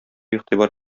игътибар